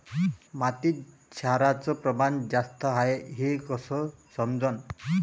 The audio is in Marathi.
मातीत क्षाराचं प्रमान जास्त हाये हे कस समजन?